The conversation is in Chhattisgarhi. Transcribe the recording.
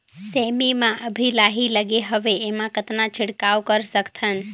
सेमी म अभी लाही लगे हवे एमा कतना छिड़काव कर सकथन?